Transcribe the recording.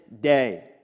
day